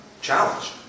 challenge